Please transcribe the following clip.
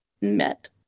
met